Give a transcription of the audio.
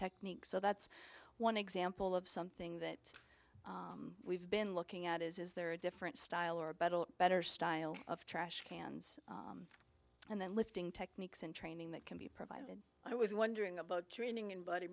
techniques so that's one example of something that we've been looking at is is there a different style or battle better style of trash cans and then lifting techniques and training that can be provided i was wondering about training in b